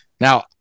Now